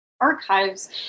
archives